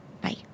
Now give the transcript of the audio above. Bye